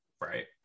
right